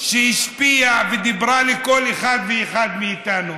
השפיעה ודיברה לכל אחד ואחד מאיתנו: